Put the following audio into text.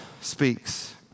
speaks